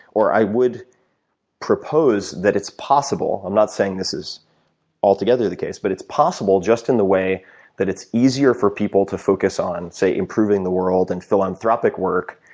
or i would propose, that it's possible, i'm not saying this is altogether the case, but it's possible just in the way that it's easier for people to focus on say improving the world and philanthropic work,